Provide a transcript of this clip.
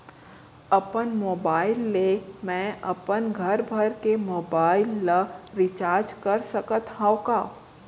अपन मोबाइल ले मैं अपन घरभर के मोबाइल ला रिचार्ज कर सकत हव का?